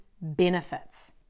benefits